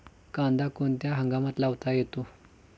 कांदा कोणत्या हंगामात लावता येतो?